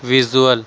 visual